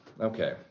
okay